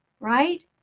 right